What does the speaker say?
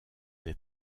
des